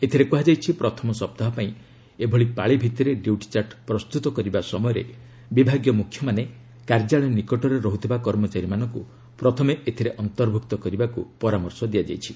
ଏଥିରେ କୃହାଯାଇଛି ପ୍ରଥମ ସପ୍ତାହ ପାଇଁ ଏଭଳି ପାଳିଭିତ୍ତିରେ ଡିୟୁଟିଚାର୍ଟ୍ ପ୍ରସ୍ତୁତ କରିବା ସମୟରେ ବିଭାଗୀୟ ମୁଖ୍ୟମାନେ କାର୍ଯ୍ୟାଳୟ ନିକଟରେ ରହୁଥିବା କର୍ମଚାରୀମାନଙ୍କୁ ପ୍ରଥମେ ଏଥିରେ ଅନ୍ତର୍ଭୁକ୍ତ କରିବାକୁ ପରାମର୍ଶ ଦିଆଯାଇଛି